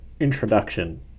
introduction